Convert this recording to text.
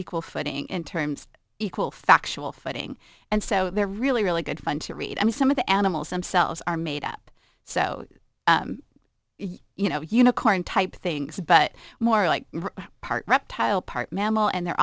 equal footing in terms of factual footing and so they're really really good fun to read i mean some of the animals themselves are made up so you know unicorn type things but more like part reptile part mammal and they're